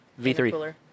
V3